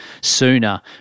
sooner